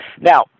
Now